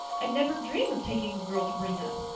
i'd never dream of taking a girl to bring up.